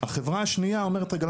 החברה השנייה אומרת רגע,